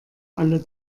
alle